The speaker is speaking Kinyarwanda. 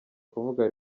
kuvuga